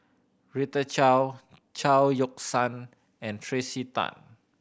Rita Chao Chao Yoke San and Tracey Tan